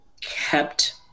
kept